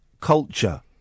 culture